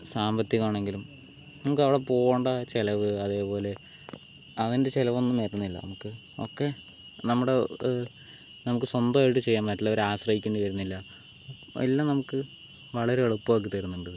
സാമ്പത്തികം ആണെങ്കിലും നമുക്ക് അവിടെ പോകേണ്ട ചിലവ് അതേപോലെ അതിൻ്റെ ചിലവ് ഒന്നും വരുന്നില്ല നമുക്ക് ഒക്കെ നമ്മുടെ നമുക്ക് സ്വന്തമായിട്ട് ചെയ്യാം മറ്റുള്ളവരെ ആശ്രയിക്കേണ്ടി വരുന്നില്ല എല്ലാം നമുക്ക് വളരെ എളുപ്പമാക്കി തരുന്നുണ്ട്